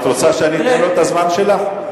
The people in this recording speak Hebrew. את רוצה שאני אתן לו את הזמן שלך?